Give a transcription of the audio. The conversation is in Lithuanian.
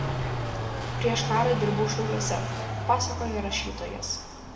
prieš karą dirbau šiauliuose pasakoja rašytojas